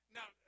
Now